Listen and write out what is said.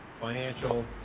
financial